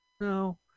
No